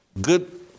good